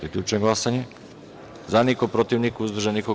Zaključujem glasanje: za – niko, protiv – niko, uzdržanih – nema.